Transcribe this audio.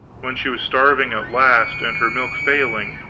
when she was starving at last, and her milk failing,